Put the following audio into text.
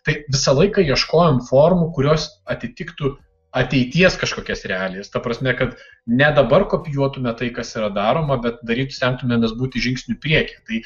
tai visą laiką ieškojom formų kurios atitiktų ateities kažkokias realijas ta prasme kad ne dabar kopijuotume tai kas yra daroma bet daryt stengtumėmės būti žingsniu prieky tai